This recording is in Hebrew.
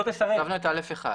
את (א1).